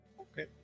Okay